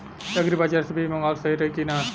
Agri बाज़ार से बीज मंगावल सही रही की ना?